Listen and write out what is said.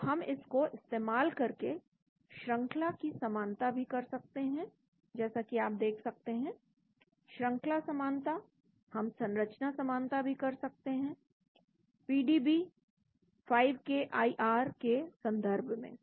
तो हम इसको इस्तेमाल करके श्रंखला की समानता भी कर सकते हैं जैसा कि आप देख सकते हैं श्रंखला समानता हम संरचना समानता भी कर सकते हैं पीडीबी 5केआईआर के संदर्भ में